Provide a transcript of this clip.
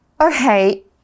Okay